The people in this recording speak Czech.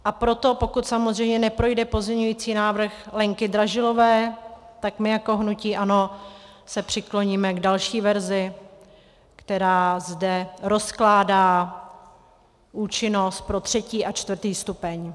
A proto pokud samozřejmě neprojde pozměňovací návrh Lenky Dražilové, tak my jako hnutí ANO se přikloníme k další verzi, která zde rozkládá účinnost pro třetí a čtvrtý stupeň.